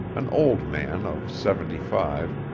an old man of seventy-five,